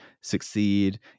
succeed